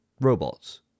robots